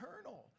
eternal